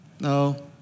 No